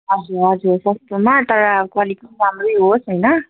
हजुर हजुर सस्तोमा तर क्वालिटी राम्रै होस् होइन